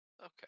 Okay